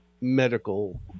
medical